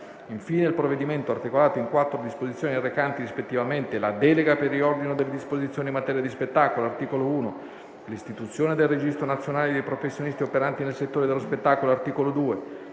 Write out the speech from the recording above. Infine, il provvedimento, articolato in quattro disposizioni recanti, rispettivamente, la delega per il riordino delle disposizioni in materia di spettacolo (articolo 1), l'istituzione del registro nazionale dei professionisti operanti nel settore dello spettacolo (articolo 2),